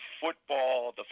football